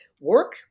work